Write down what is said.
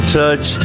touch